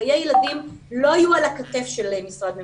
שחיי ילדים לא יהיו על הכתף של משרד ממשלתי.